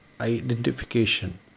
identification